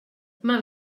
mal